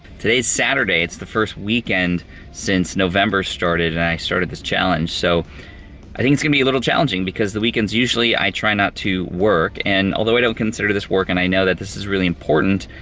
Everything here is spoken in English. today's saturday. it's the first weekend since november started and i started this challenge. so i think it's gonna be a little challenging because the weekends usually i try not work, and although i don't consider this work and i know that this is really important,